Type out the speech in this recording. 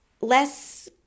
less